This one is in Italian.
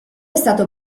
stato